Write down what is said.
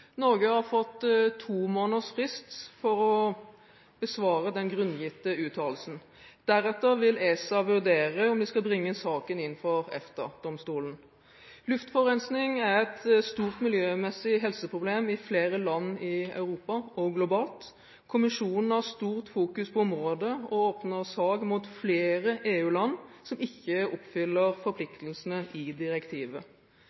Norge har fått to måneders frist på å besvare den grunngitte uttalelsen. Deretter vil ESA vurdere om de skal bringe saken inn for EFTA-domstolen. Luftforurensning er et stort miljømessig helseproblem i flere land i Europa og globalt. Kommisjonen har stort fokus på området og åpner sak mot flere EU-land som ikke oppfyller